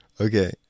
Okay